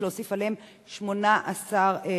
יש להוסיף עליהם 18 כוננים.